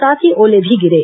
साथ ही ओले भी गिरे